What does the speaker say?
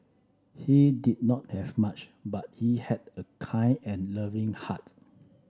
he did not have much but he had a kind and loving heart